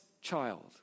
child